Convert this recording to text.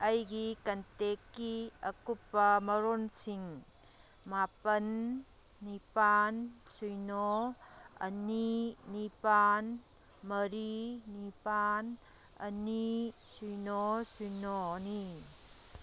ꯑꯩꯒꯤ ꯀꯟꯇꯦꯛꯀꯤ ꯑꯀꯨꯞꯄ ꯃꯔꯣꯜꯁꯤꯡ ꯃꯥꯄꯜ ꯅꯤꯄꯥꯜ ꯁꯨꯏꯅꯣ ꯑꯅꯤ ꯅꯤꯄꯥꯜ ꯃꯔꯤ ꯅꯤꯄꯥꯜ ꯑꯅꯤ ꯁꯨꯏꯅꯣ ꯁꯨꯏꯅꯣꯅꯤ